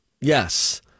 Yes